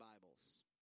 Bibles